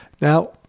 Now